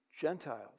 Gentiles